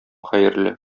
хәерле